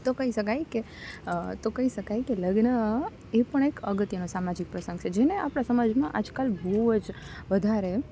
તો કહી શકાય કે તો કહી શકાય કે લગ્ન એ પણ એક અગત્યનો સામાજિક પ્રસંગ છે જેને આપણે સમાજમાં આજકાલ બહુ જ વધારે